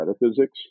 metaphysics